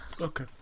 Okay